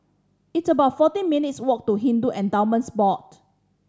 it's about fourteen minutes' walk to Hindu Endowments Board